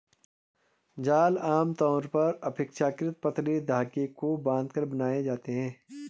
जाल आमतौर पर अपेक्षाकृत पतले धागे को बांधकर बनाए जाते हैं